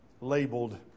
labeled